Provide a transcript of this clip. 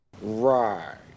Right